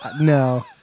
no